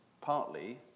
Partly